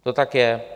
To tak je.